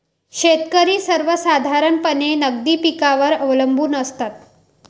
शेतकरी सर्वसाधारणपणे नगदी पिकांवर अवलंबून असतात